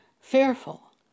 fearful